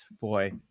boy